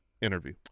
interview